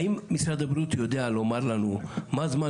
האם משרד הבריאות יודע לומר לנו מה זמן